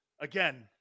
again